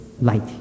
light